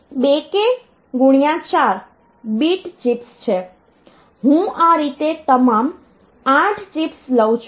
આ 2k x 4 bit chips છે હું આ રીતે તમામ 8 ચિપ્સ લઉં છું